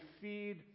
feed